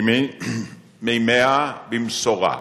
מימיה, במשורה.